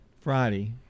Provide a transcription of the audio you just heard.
Friday